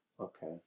Okay